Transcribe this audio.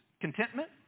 contentment